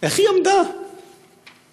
איך היא עמדה וחיכתה,